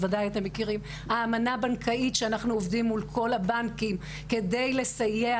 האמנה הבנקאית שאנחנו עובדים מול כל הבנקים כדי לסייע